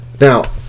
Now